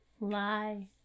Lie